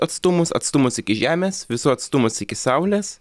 atstumus atstumus iki žemės visų atstumus iki saulės